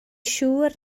siŵr